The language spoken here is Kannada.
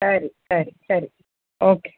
ಸರಿ ಸರಿ ಸರಿ ಓಕೆ